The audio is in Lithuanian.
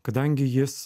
kadangi jis